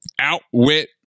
outwit